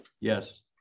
Yes